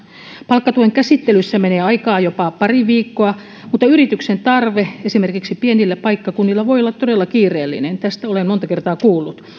palkkatuen käsittelyssä menee aikaa jopa pari viikkoa mutta yrityksen tarve esimerkiksi pienillä paikkakunnilla voi olla todella kiireellinen tästä olen monta kertaa kuullut